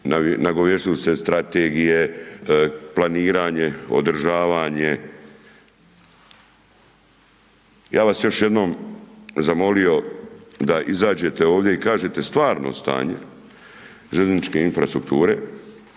nagovijestili ste strategije, planiranje, održavanje. Ja vas još jednom zamolio izađete ovdje i kažete stvarno stanje željezničke infrastrukture,